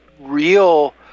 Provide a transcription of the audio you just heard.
real